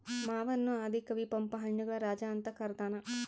ಮಾವನ್ನು ಆದಿ ಕವಿ ಪಂಪ ಹಣ್ಣುಗಳ ರಾಜ ಅಂತ ಕರದಾನ